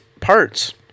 parts